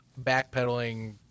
backpedaling